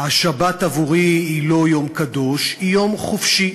השבת עבורי היא לא יום קדוש, היא יום חופשי,